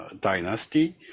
dynasty